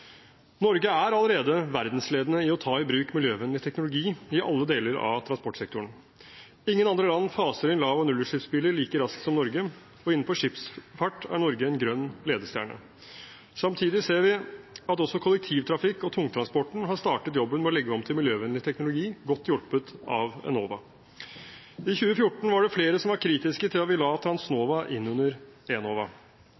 Norge er allerede verdensledende i å ta i bruk miljøvennlig teknologi i alle deler av transportsektoren. Ingen andre land faser inn lav- og nullutslippsbiler like raskt som Norge, og innenfor skipsfart er Norge en grønn ledestjerne. Samtidig ser vi at også kollektivtrafikken og tungtransporten har startet jobben med å legge om til miljøvennlig teknologi, godt hjulpet av Enova. I 2014 var det flere som var kritiske til at vi la